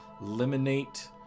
eliminate